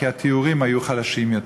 כי התיאורים היו חלשים יותר?